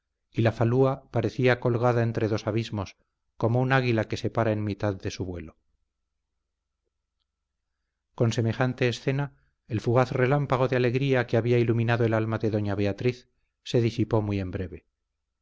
y la falúa parecía colgada entre dos abismos como un águila que se para en mitad de su vuelo con semejante escena el fugaz relámpago de alegría que había iluminado el alma de doña beatriz se disipó muy en breve